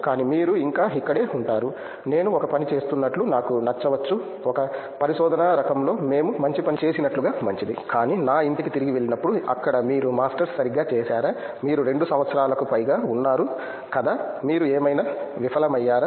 కానీ మీరు ఇంకా ఇక్కడే ఉంటారు నేను ఒక పని చేస్తున్నట్లు నాకు నచ్చవచ్చు ఒక పరిశోధనా రకంలో మేము మంచి పని చేసినట్లుగా మంచిది కానీ నా ఇంటికి తిరిగి వెళ్ళినప్పుడు అక్కడ మీరు మాస్టర్స్ సరిగ్గా చేసారా మీరు 2 సంవత్సరాలకు పైగా ఉన్నారు కదా మీరు ఏమైనా విఫలమయ్యారా